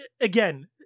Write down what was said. again